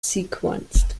sequenced